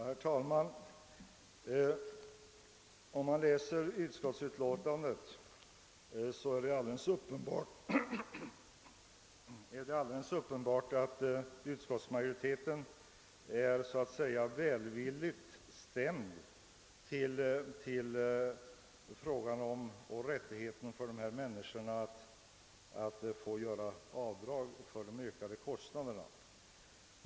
Herr talman! Om man läser utskottsbetänkandet finner man det alldeles uppenbart att utskottsmajoriteten så att säga är välvilligt stämd till frågan om rätt för dessa människor att göra avdrag för ökade levnadskostnader.